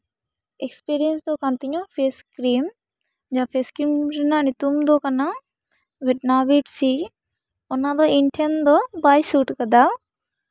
experience ᱫᱚ ᱠᱟᱱ ᱛᱤᱧᱟᱹ ᱯᱷᱮᱥ ᱠᱨᱤᱢ ᱡᱟᱦᱟᱸ ᱯᱷᱮᱥ ᱠᱨᱤᱢ ᱨᱮᱱᱟᱜ ᱧᱩᱛᱩᱢ ᱫᱚ ᱠᱟᱱᱟ ᱵᱷᱤᱴᱱᱟᱵᱷᱤᱴ ᱥᱤ ᱚᱱᱟ ᱫᱚ ᱤᱧ ᱴᱷᱮᱱ ᱫᱚ ᱵᱟᱭ ᱥᱩᱴ ᱟᱠᱟᱫᱟ